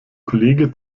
kollege